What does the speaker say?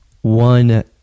One